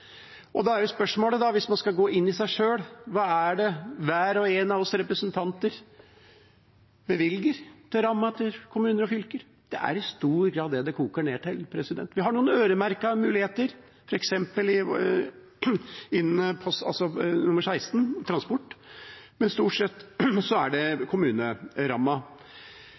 kommuner. Da er spørsmålet, hvis man skal gå inn i seg sjøl: Hva er det hver og en av oss representanter bevilger til ramma til kommuner og fylker? Det er i stor grad det det koker ned til. Vi har noen øremerkede muligheter, f.eks. innen transport, men stort sett er det kommuneramma.